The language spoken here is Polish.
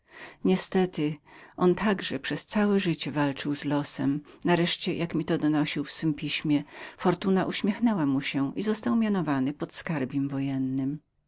niestety on także przez całe życie walczył z losem nareszcie jak mi to donosił w swem pismie fortuna uśmiechnęła mu się i został mianowany podskarbim wojennym